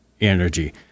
energy